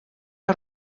que